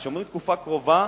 אז כשאומרים "בתקופה הקרובה",